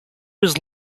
was